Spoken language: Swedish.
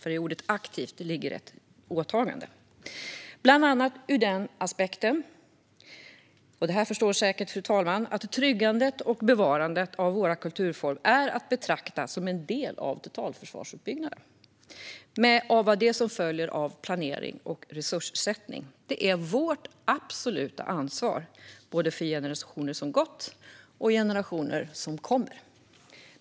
I ordet "aktivt" ligger ju ett åtagande, bland annat ur den aspekten att tryggandet och bevarandet av våra kulturföremål är att betrakta som en del av totalförsvarsuppbyggnaden, med vad som följer av detta när det gäller planering och resurssättning. Detta är vårt absoluta ansvar, både för generationer som gått och för generationer som kommer.